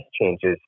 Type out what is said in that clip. changes